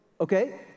Okay